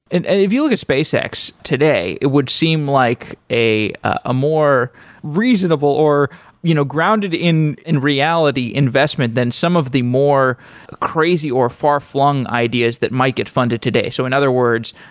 and if you look at spacex today, it would seem like a ah more reasonable or you know grounded in in reality investment than some of the more crazy or far-flung ideas that might get funded today. so in other words,